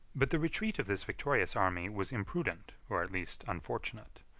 but the retreat of this victorious army was imprudent, or at least unfortunate.